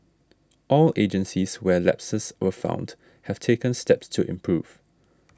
all agencies where lapses were found have taken steps to improve